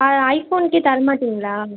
ஆ ஐஃபோனுக்கே தர மாட்டிங்களா